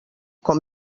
com